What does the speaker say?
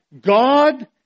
God